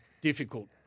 difficult